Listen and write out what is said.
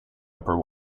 upper